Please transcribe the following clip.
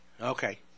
Okay